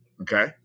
okay